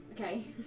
Okay